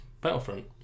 Battlefront